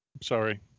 Sorry